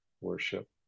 worship